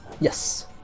Yes